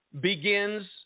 begins